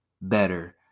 better